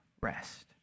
rest